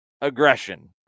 aggression